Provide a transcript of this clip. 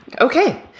Okay